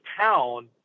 town